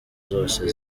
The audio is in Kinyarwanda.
zose